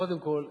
קודם כול,